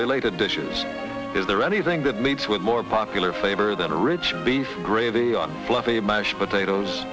related issues is there anything that meets with more popular flavor than a rich beef gravy on fluffy mashed potatoes